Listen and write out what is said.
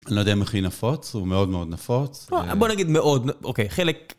אני לא יודע מכי נפוץ, הוא מאוד מאוד נפוץ. בוא נגיד מאוד, אוקיי, חלק...